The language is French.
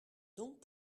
donc